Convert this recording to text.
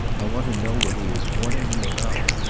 i want to know what he is warning him about.